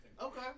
Okay